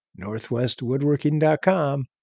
NorthwestWoodworking.com